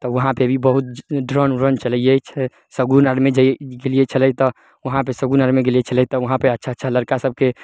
तऽ वहाँपर भी बहुत ड्रोन व्रोन चलैये छै सभ शगुन आदमी गेलियै छलै तऽ वहाँपर शगुन आरमे गेलियै छलै तऽ वहाँपर अच्छा अच्छा लड़िका सभके